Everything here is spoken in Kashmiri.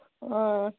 آ